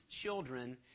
children